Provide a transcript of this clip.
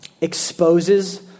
exposes